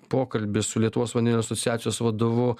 pokalbį su lietuvos vandenilio asociacijos vadovu